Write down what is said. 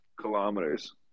kilometers